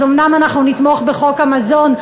אז אומנם אנחנו נתמוך בחוק המזון,